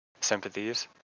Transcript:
sympathies